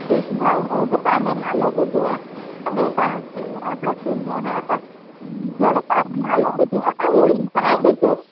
ठीकु भाऊ मूं बि तव्हांजो नालो ॿुधो आहे तॾहिं तव्हांखे ऑर्डर ॾिनो हा त जहिड़ो तव्हांजो नालो ॿुधियो आहे न उहा ई शइ ॾिजो